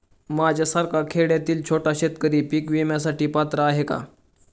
माझ्यासारखा खेड्यातील छोटा शेतकरी पीक विम्यासाठी पात्र आहे का?